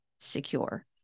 secure